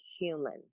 human